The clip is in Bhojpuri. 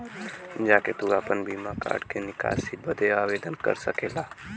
जा के तू आपन बिना कार्ड के निकासी बदे आवेदन दे सकेला